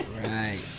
Right